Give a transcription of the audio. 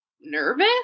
nervous